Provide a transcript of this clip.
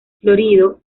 florido